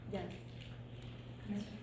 Yes